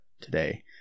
today